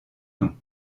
non